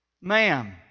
Ma'am